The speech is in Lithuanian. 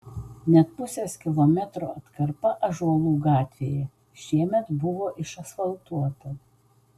net pusės kilometro atkarpa ąžuolų gatvėje šiemet buvo išasfaltuota